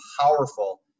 powerful